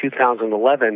2011